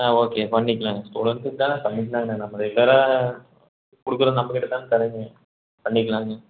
ஆ okay பண்ணிக்கலாம் தொடந்து தான் பண்ணிக்கலாம் நம்ம ரெகுலராக கொடுக்குறது நம்ம கிட்டே தான் பண்ணிக்கலாம்ங்க